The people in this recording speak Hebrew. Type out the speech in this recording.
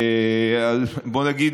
בוא נגיד